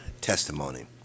testimony